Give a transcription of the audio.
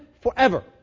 forever